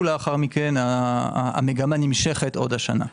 לאחר מכן - המגמה נמשכת עוד השנה.